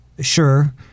sure